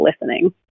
listening